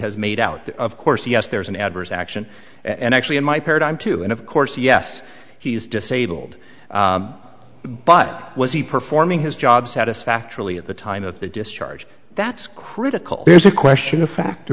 has made out of course yes there's an adverse action and actually in my paradigm to and of course yes he's disabled but was he performing his job satisfactorily at the time of the discharge that's critical there's a question of fact